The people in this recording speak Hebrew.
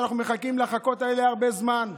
אנחנו מחכות לחכות האלה הרבה זמן,